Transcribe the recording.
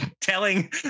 telling